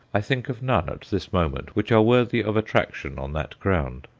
i think of none, at this moment, which are worthy of attraction on that ground.